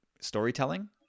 storytelling